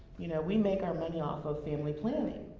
you know, we make our money off of family planning.